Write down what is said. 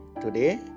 today